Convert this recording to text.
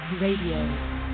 Radio